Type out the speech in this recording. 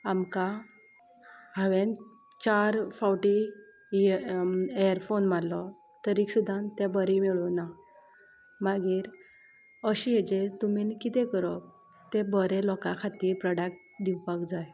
आमकां हांवें चार फावटी इयर एअर फोन मारलो तरीक सुद्दां ते मेळूं ना मागीर अशे हेजेर तुमी किदें करप ते बरे लोका खातीर प्रोडक्ट दिवपाक जाय